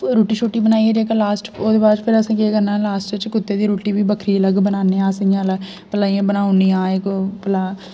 रुट्टी शुट्टी बनाई ऐ ते इक लास्ट ओह्दे बाद फिर असें केह् करना लास्ट च कुत्ते दी रुट्टी बी बक्खरी अलग बनाने आं अस इंया भला इंया बनाई ओड़नी भला